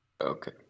okay